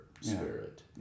spirit